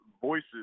voices